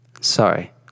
sorry